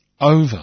over